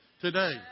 today